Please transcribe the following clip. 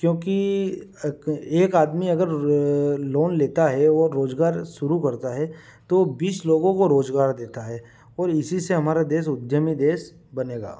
क्योंकि अक एक आदमी अगर र लोन लेता है और रोजगार शुरु करता है तो बीस लोगों को रोजगार देता है और इसी से हमारा देश उद्यमी देश बनेगा